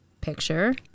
Picture